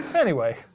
anyway,